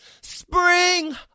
spring